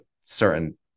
certain